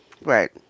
Right